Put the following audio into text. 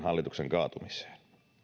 hallituksen kaatumiseen